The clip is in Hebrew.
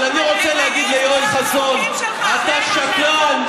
אבל אני רוצה להגיד ליואל חסון: אתה שקרן.